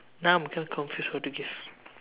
now I'm just confused what to give